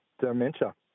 dementia